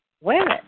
women